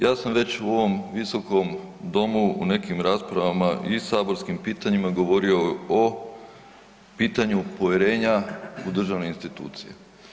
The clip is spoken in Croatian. Ja sam već u ovom Visokom domu u nekim raspravama i saborskim pitanjima govorio o pitanju povjerenja u državne institucije.